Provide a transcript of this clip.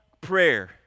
prayer